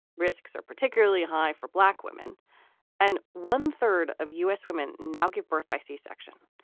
risks are particularly high for black women and one third of u s. women now give birth by c-section.